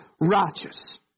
righteous